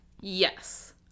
Yes